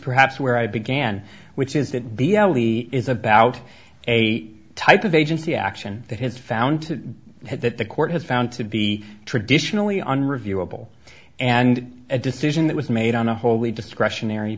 perhaps where i began which is that b l e is about a type of agency action that had found to head that the court had found to be traditionally unreviewable and a decision that was made on a wholly discretionary